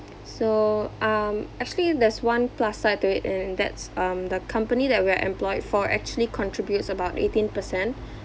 so um actually there's one plus side to it and that's um the company that we're employed for actually contributes about eighteen percent